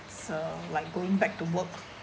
uh like going back to work